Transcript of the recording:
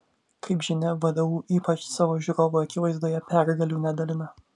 kaip žinia vdu ypač savo žiūrovų akivaizdoje pergalių nedalina